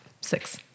Six